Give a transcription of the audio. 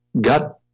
God